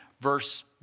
verse